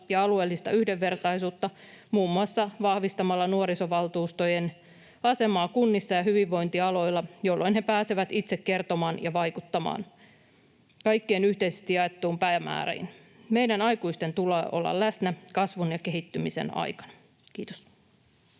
ja alueellista yhdenvertaisuutta muun muassa vahvistamalla nuorisovaltuustojen asemaa kunnissa ja hyvinvointialueilla, jolloin he pääsevät itse kertomaan ja vaikuttamaan kaikkien yhteisesti jakamiin päämääriin. Meidän aikuisten tulee olla läsnä kasvun ja kehittymisen aikana. — Kiitos.